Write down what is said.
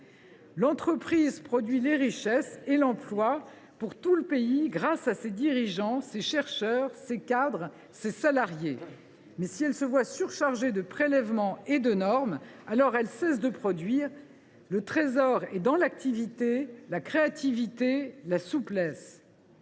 L’entreprise produit les richesses et l’emploi pour tout le pays grâce à ses dirigeants, ses chercheurs, ses cadres, ses salariés. Mais si elle se voit surchargée de prélèvements et de normes, alors elle cesse de produire. Le trésor est dans l’activité, la créativité et la souplesse.